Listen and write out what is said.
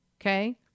okay